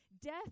death